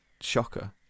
shocker